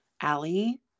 Allie